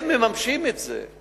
והם מממשים את זה.